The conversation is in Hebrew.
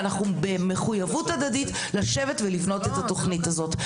ואנחנו במחויבות הדדית לשבת ולבנות את התוכנית הזאת.